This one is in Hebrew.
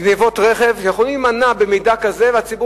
גנבות רכב יכולות להימנע בצורה כזאת,